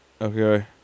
Okay